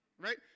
Right